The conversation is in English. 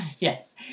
Yes